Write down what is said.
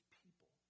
people